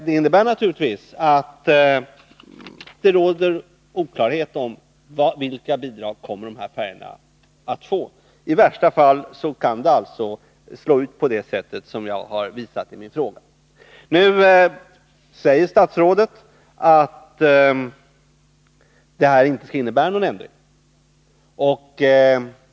Det råder således oklarhet om vilka bidrag färjelederna kommer att få. I värsta fall kan det slå på det sätt som jag visat i min fråga. Nu säger statsrådet att de nya bestämmelserna inte skall innebära någon ändring.